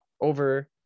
over